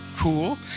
cool